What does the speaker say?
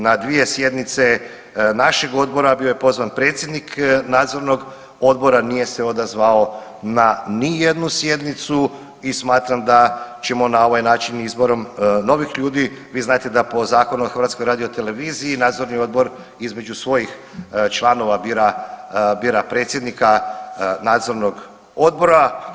Na dvije sjednice našeg odbora bio je pozvan predsjednik nadzornog odbora, nije se odazvao na ni jednu sjednicu i smatram da ćemo na ovaj način izborom novih ljudi, vi znate da po Zakonu o HRT-u nadzorni odbor između svojih članova bira, bira predsjednika nadzornog odbora.